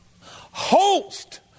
host